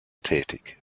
tätig